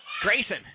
Grayson